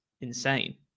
insane